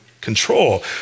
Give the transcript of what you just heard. control